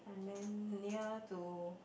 and then near to